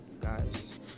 guys